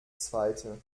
zweite